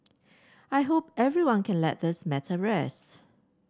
I hope everyone can let this matter rest